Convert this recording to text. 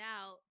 out